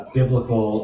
biblical